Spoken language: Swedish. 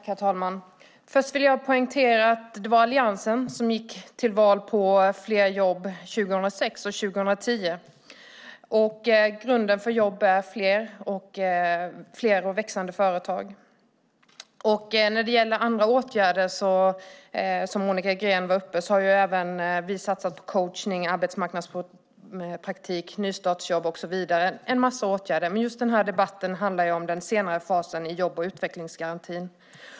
Herr talman! Först vill jag poängtera att det var Alliansen som gick till val på fler jobb 2006 och 2010. Grunden för fler jobb är fler och växande företag. När det gäller andra åtgärder som Monica Green tog upp har även vi satsat på coachning, arbetsmarknadspraktik, nystartsjobb och så vidare - en massa åtgärder. Men just den här debatten handlar om den senare fasen i jobb och utvecklingsgarantin.